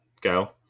go